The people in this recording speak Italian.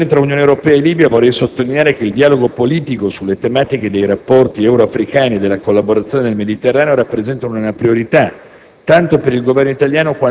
Per quel che riguarda poi le relazioni tra l'Unione Europea e la Libia, vorrei sottolineare che il dialogo politico sulle tematiche dei rapporti euro-africani e della collaborazione nel Mediterraneo rappresentano una priorità,